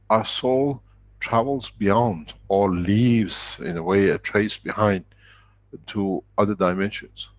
our soul travels beyond, or leaves in a way, a trace behind ah to other dimensions.